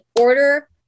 order